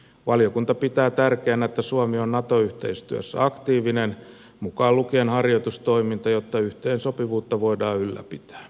valiokunta pitää tärkeänä että suomi on nato yhteistyössä aktiivinen mukaan lukien harjoitustoiminta jotta yhteensopivuutta voidaan ylläpitää